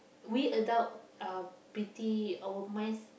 we adult uh pity our mind